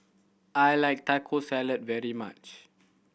I like Taco Salad very much